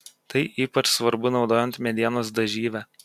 tai ypač svarbu naudojant medienos dažyvę